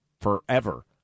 forever